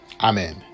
Amen